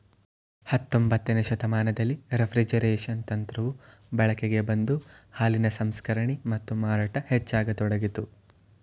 ಹತೊಂಬತ್ತನೇ ಶತಮಾನದಲ್ಲಿ ರೆಫ್ರಿಜರೇಷನ್ ತಂತ್ರವು ಬಳಕೆಗೆ ಬಂದು ಹಾಲಿನ ಸಂಸ್ಕರಣೆ ಮತ್ತು ಮಾರಾಟ ಹೆಚ್ಚಾಗತೊಡಗಿತು